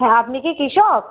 হ্যাঁ আপনি কি কৃষক